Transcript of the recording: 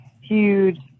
Huge